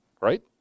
Right